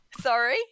sorry